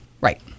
Right